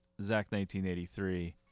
Zach1983